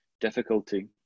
difficulty